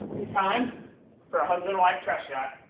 time for a husband-wife trust shot.